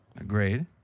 Agreed